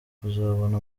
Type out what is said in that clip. kuzabona